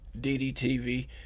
DDTV